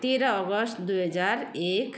तेह्र अगस्त दुई हजार एक